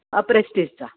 अ प्रेस्टिजचा